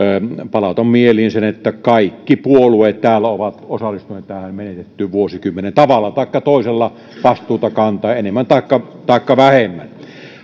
palautan mieliin sen että kaikki puolueet täällä ovat osallistuneet tähän menetettyyn vuosikymmeneen tavalla taikka toisella vastuuta kantaen enemmän taikka taikka vähemmän